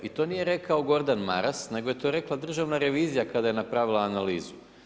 I to nije rekao Gordan Maras nego je to rekla Državna revizija kada je napravila analizu.